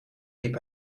liep